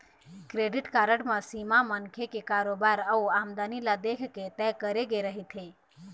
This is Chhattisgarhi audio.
क्रेडिट कारड म सीमा मनखे के कारोबार अउ आमदनी ल देखके तय करे गे रहिथे